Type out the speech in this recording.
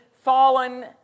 fallen